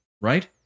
right